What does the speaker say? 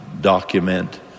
document